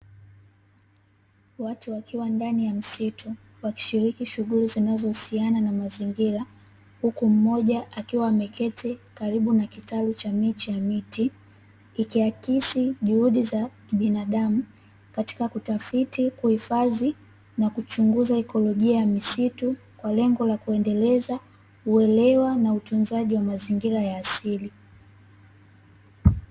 Watu wakiwa ndani ya msitu wakishiriki shughuli zinazohusiana na mazingira, huku mmoja akiwa ameketi karibu na kitalu cha miche ya miti; ikihakisi juhudi za kibinadamu katika kutafiti kuhifadhi na kuchunguza ikolojia ya misitu, kwa lengo la kuendeleza uelewa na utunzaji wa mazingira ya asili.